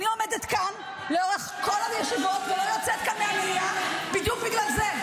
אני עומדת כאן לאורך כל הישיבות ולא יוצאת כאן מהמליאה בדיוק בגלל זה.